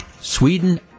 Sweden